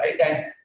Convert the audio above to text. right